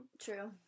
True